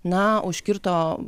na užkirto